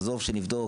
עזוב שלבדוק,